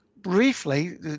briefly